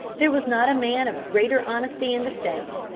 there was not a man of greater honesty in the state.